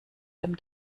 dem